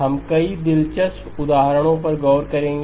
हम कई दिलचस्प उदाहरणों पर गौर करेंगे